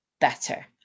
better